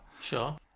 Sure